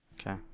Okay